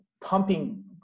pumping